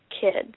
kids